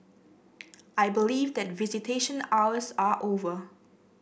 I believe that visitation hours are over